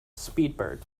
speedbird